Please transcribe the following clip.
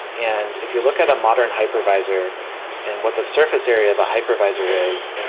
and if you look at a modern hypervisor and what the surface area of a hypervisor is,